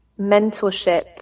mentorship